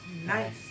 Nice